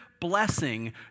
blessing